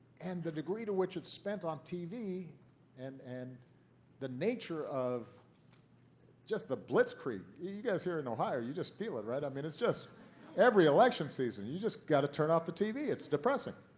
and the degree to which it's spent on tv and and the nature of just the blitzkrieg you guys here in ohio, you just feel it, right? i mean it's just every election season, you just got to turn off the tv. it's depressing.